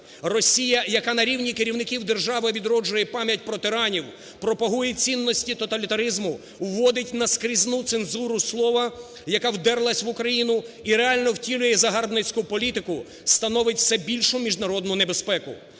Росія, яка на рівні керівників держави відроджує пам'ять про тиранів, пропагує цінності тоталітаризму, вводить наскрізну цензуру слова, яка вдерлась в Україну і реально втілює загарбницьку політику, становить все більшу міжнародну небезпеку.